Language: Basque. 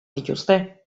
dituzte